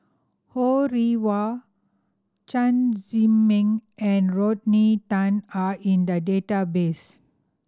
Ho Rih Hwa Chen Zhiming and Rodney Tan are in the database